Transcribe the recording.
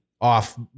off